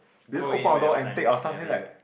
go in whenever time whenever you where